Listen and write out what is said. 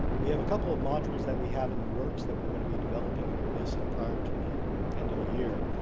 we have a couple of modules that we have in the works that we're going to be developing and releasing releasing prior to the end of the year.